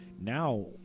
now